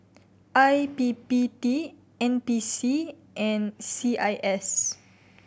I P P T N P C and C I S